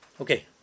Okay